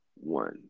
one